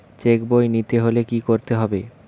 Check বই নিতে হলে কি করতে হবে?